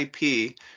IP